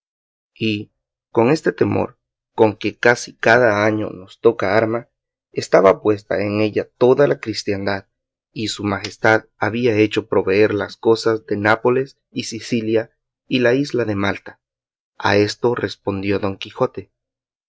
y con este temor con que casi cada año nos toca arma estaba puesta en ella toda la cristiandad y su majestad había hecho proveer las costas de nápoles y sicilia y la isla de malta a esto respondió don quijote